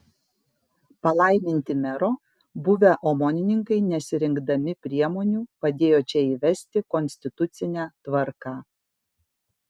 palaiminti mero buvę omonininkai nesirinkdami priemonių padėjo čia įvesti konstitucinę tvarką